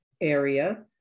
area